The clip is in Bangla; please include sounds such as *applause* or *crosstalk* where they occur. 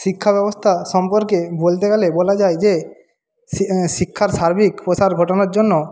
শিক্ষা ব্যবস্থা সম্পর্কে বলতে গেলে বলা যায় যে *unintelligible* শিক্ষার সার্বিক প্রসার ঘটানোর জন্য